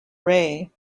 rey